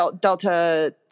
Delta